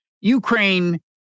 Ukraine